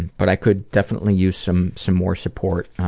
but i could definitely use some some more support.